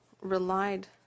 relied